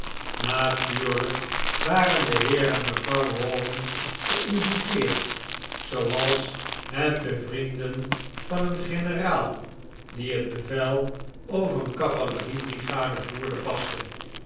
natuurlijk waren de beer en mevrouw rawdon ge'inviteerd zooals het de vrienden van een generaal die het bevel over een cavalerie brigade voerde paste